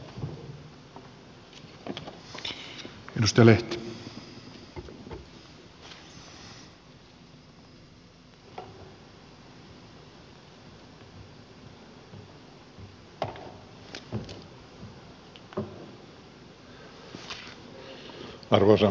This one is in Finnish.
arvoisa herra puhemies